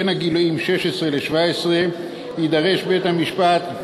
בין הגילים 16 ו-17 יידרש בית-המשפט,